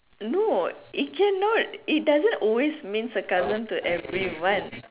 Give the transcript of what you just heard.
no it cannot it doesn't always mean sarcasm to everyone